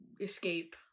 escape